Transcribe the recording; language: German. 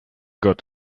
gott